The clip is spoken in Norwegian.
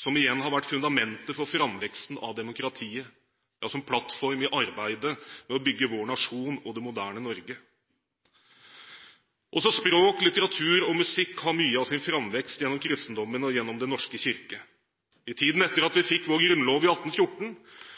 som igjen har vært fundamentet for framveksten av demokratiet, ja, som plattform i arbeidet med å bygge vår nasjon og det moderne Norge. Også språk, litteratur og musikk har hatt mye av sin framvekst gjennom kristendommen og gjennom Den norske kirke. I tiden etter at vi fikk vår grunnlov i 1814,